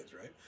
right